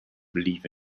believe